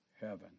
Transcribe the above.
heaven